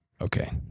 Okay